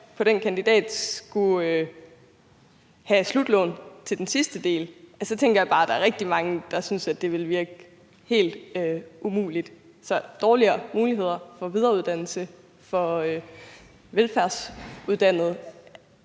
på den kandidat skulle have slutlån til den sidste del, så tænker jeg bare, at der er rigtig mange, der vil synes, at det vil virke helt umuligt. Så er dårligere muligheder for videreuddannelse for velfærdsuddannede